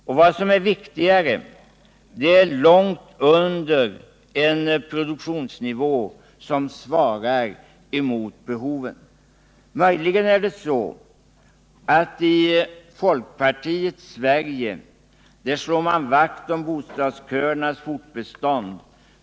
Vad som är viktigare ändå är att det är långt under den produktionsnivå som svarar mot behoven. Möjligen är det så, att i folkpartiets Sverige slår man vakt om bostadsköernas fortbestånd.